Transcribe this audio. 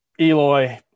Eloy